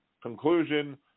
Conclusion